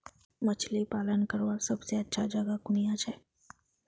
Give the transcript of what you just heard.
मछली पालन करवार सबसे अच्छा जगह कुनियाँ छे?